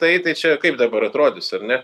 tai tai čia kaip dabar atrodys ar ne